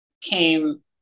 came